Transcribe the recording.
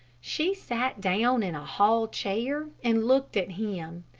she sat down in a hall chair and looked at him.